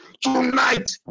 tonight